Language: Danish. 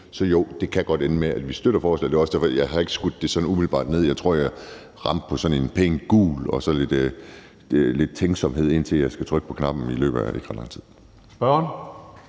Så jo, det kan godt ende med, at vi støtter forslaget. Det er også derfor, at jeg ikke umiddelbart har skudt det ned. Jeg tror, at jeg ramte pænt gult og så lidt tænksomhed, indtil jeg skal trykke på knappen i løbet af ikke ret lang